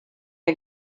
are